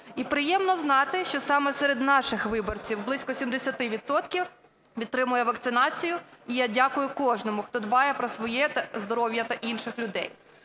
І приємно знати, що саме серед наших виборців близько 70 відсотків підтримує вакцинацію. І я дякую кожному, хто дбає про своє здоров'я та інших людей.